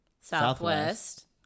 Southwest